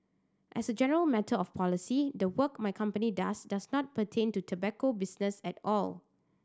as a general matter of policy the work my company does does not pertain to tobacco business at all